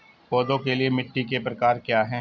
पौधों के लिए मिट्टी के प्रकार क्या हैं?